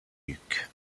luc